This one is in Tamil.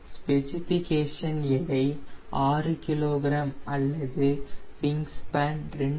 ஸ்பெசிபிகேஷன் எடை 6 kg அல்லது விங் ஸ்பேன் 2